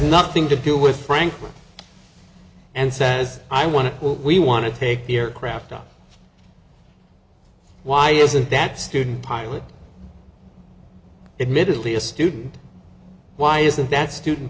nothing to do with franklin and says i want to we want to take the aircraft up why is it that student pilot admittedly a student why is it that student